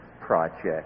project